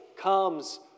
comes